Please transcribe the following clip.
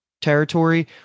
territory